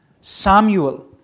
Samuel